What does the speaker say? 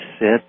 sit